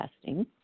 testing